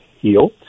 heal